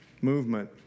Movement